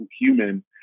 human